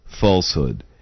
falsehood